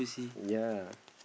ya